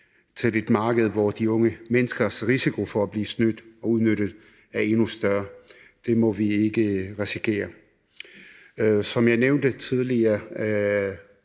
til et marked, hvor de unge menneskers risiko for at blive snydt og udnyttet er endnu større. Det må vi ikke risikere. Som jeg nævnte tidligere,